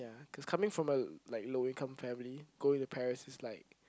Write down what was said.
cause coming from a like low income family going to Paris is like